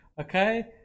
okay